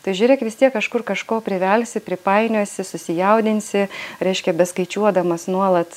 tai žiūrėk vis tiek kažkur kažko privelsi pripainiosi susijaudinsi reiškia beskaičiuodamas nuolat